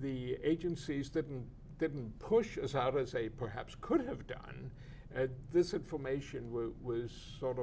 the agencies didn't didn't push as hard as a perhaps could have done and this information was sort